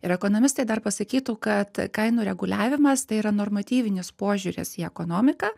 ir ekonomistai dar pasakytų kad kainų reguliavimas tai yra normatyvinis požiūris į ekonomiką